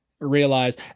Realize